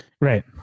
right